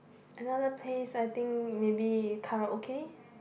another place I think maybe Karaoke